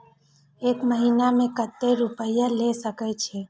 एक महीना में केते रूपया ले सके छिए?